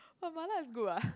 but mala is good what